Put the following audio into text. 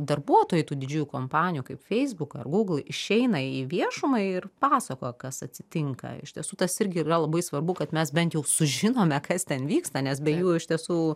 darbuotojų tų didžiųjų kompanijų kaip facebook ar google išeina į viešumą ir pasakoja kas atsitinka iš tiesų tas irgi yra labai svarbu kad mes bent jau sužinome kas ten vyksta nes be jų iš tiesų